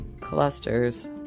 clusters